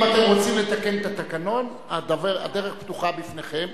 אם אתם רוצים לתקן את התקנון, הדרך פתוחה בפניכם.